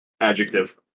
Adjective